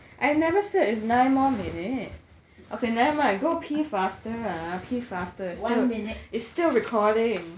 I never said it was nine more minutes okay nevermind go pee faster ah pee faster so it's still recording